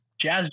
Jazz